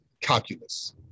calculus